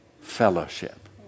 fellowship